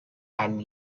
and